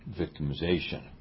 victimization